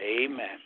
Amen